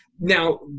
Now